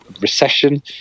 recession